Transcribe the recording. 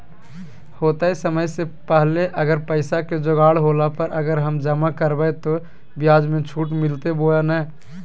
होतय समय से पहले अगर पैसा के जोगाड़ होला पर, अगर हम जमा करबय तो, ब्याज मे छुट मिलते बोया नय?